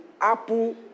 Apple